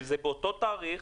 שזה באותו תאריך,